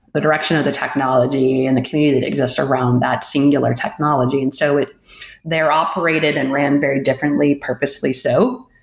the direction of the technology and the community that exist around that singular technology. and so they are operated and ran very differently purposely so,